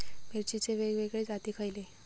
मिरचीचे वेगवेगळे जाती खयले?